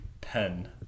Pen